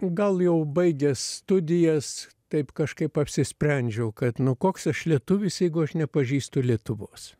gal jau baigęs studijas taip kažkaip apsisprendžiau kad nu koks aš lietuvis jeigu aš nepažįstu lietuvos